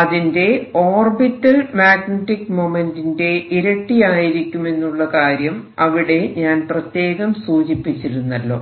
അതിന്റെ orbital magnetic മൊമെന്റിന്റെ ഇരട്ടിയായിരിക്കുമെന്നുള്ള കാര്യം അവിടെ ഞാൻ പ്രത്യേകം സൂചിപ്പിച്ചിരുന്നല്ലോ